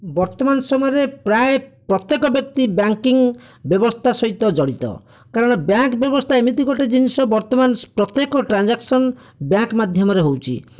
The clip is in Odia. ବର୍ତ୍ତମାନ ସମୟରେ ପ୍ରାୟ ପ୍ରତ୍ୟେକ ବ୍ୟକ୍ତି ବ୍ୟାଙ୍କିଙ୍ଗ ବ୍ୟବସ୍ଥା ସହିତ ଜଡ଼ିତ କାରଣ ବ୍ୟାଙ୍କ ବ୍ୟବସ୍ଥା ଏମିତି ଗୋଟିଏ ଜିନିଷ ବର୍ତ୍ତମାନ ପ୍ରତ୍ୟେକ ଟ୍ରାଞ୍ଜାକ୍ସନ୍ ବ୍ୟାଙ୍କ ମାଧ୍ୟମରେ ହେଉଛି